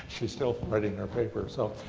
she's still writing her paper. so,